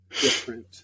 different